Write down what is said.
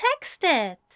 texted